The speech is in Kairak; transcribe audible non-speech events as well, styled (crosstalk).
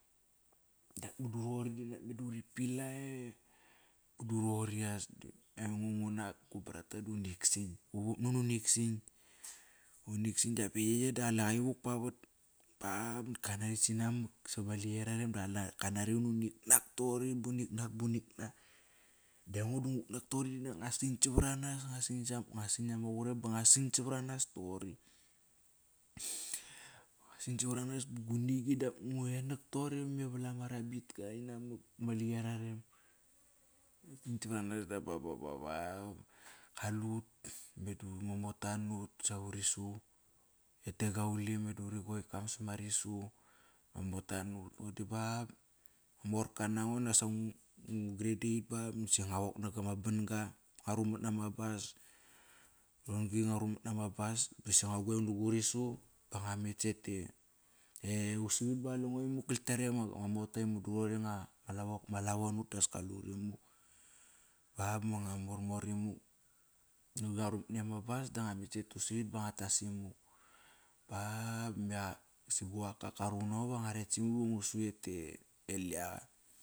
Da mudu roqori (unintelligible) meda uri pilai. Mudu raqori as aingo ngunak gu brata du nikt sa kt. Uvup nun uni niksokt. Unikt sa kt dap e yeye da qaleqa ivuk pavat. Ba nakt kanari sinamak savama liqi ararem da kanari uni nak toqori ba uni nak ba uni nak. Da aingo do ngut nak toqori da ngu san sovor anas. (unintelligible) Ngua san savaranas ba gu nig i do ngenak toqori me volam a rabitka inamak ma liqi ararem. (unintelligible) Kalut, meda ma mota nut. Sa uri su ete Gaulim. Meda uri go kam sap ma risu. Ma mota nut (unintelligible) ba basa ma morka nango. Naksa ngu garde eight ba ba nakt si ngua wok nak ama ban-ga. Ngua rumat nama bus. Ron gri ngua rumat nama bus bas saqi ngua guveng na gu risu ba ngua met sete e usavit ba qalengo imuk gal ktiqare (unintelligible) ma mota i mudu qari (unintelligible) ma lavo nut das kalut imuk. Bap ba ngua mormor imuk. Ngua ru mat nama bas da ngu met sete usavit ba ngua tas imuk. Ba basi gu qakkakkaraqun nango va ngua ret simuk ive ngusu ete liaqa.